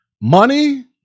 money